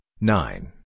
nine